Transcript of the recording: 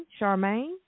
Charmaine